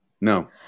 No